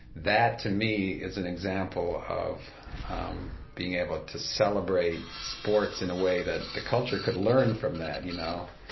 that, to me, is an example of um being able to celebrate sports in a way that the culture could learn from that, you know?